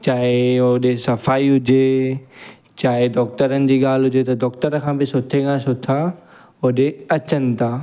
चाहे होॾे सफ़ाई हुजे चाहे डॉक्टरनि जी ॻाल्हि हुजे त डॉक्टर खां बि सुठे खां सुठा होॾे अचनि था